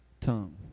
tongue